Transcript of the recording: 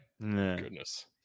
Goodness